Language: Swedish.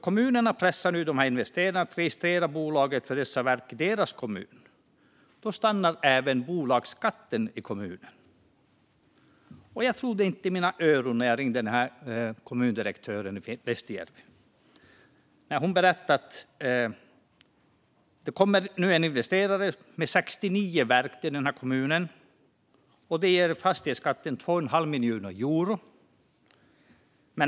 Kommuner pressar investerare att registrera bolag som driver sådana verk i den egna kommunen, och då stannar även bolagsskatten i kommunen. Jag trodde inte mina öron när jag ringde kommundirektören i Lestijärvi. Hon berättade att det nu kommer en investerare med 69 verk till kommunen, och det ger en fastighetsskatt på 2 1⁄2 miljon euro.